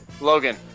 Logan